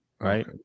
right